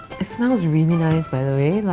it smells really nice by the way, like